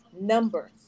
numbers